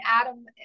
Adam